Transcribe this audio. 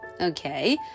Okay